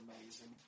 amazing